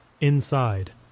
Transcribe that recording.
Inside